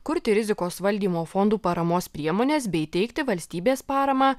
kurti rizikos valdymo fondų paramos priemonės bei teikti valstybės paramą